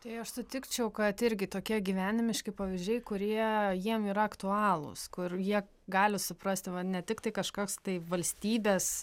tai aš sutikčiau kad irgi tokie gyvenimiški pavyzdžiai kurie jiem yra aktualūs kur jie gali suprasti va ne tik tai kažkoks tai valstybės